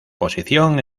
posición